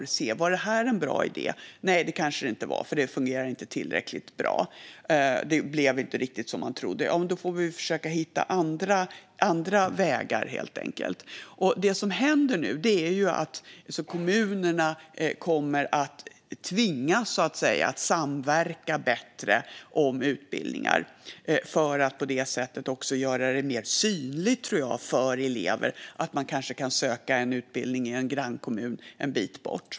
Sedan ser man om det var en bra idé. Nej, det kanske det inte var. Det fungerar inte tillräckligt bra. Det blev inte riktigt som man trodde. Ja, men då får vi helt enkelt försöka hitta andra vägar. Det som händer nu är att kommunerna kommer att tvingas, så att säga, att samverka bättre om utbildningar för att på det sättet också göra det mer synligt, tror jag, för elever att de kanske kan söka en utbildning i en grannkommun en bit bort.